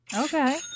Okay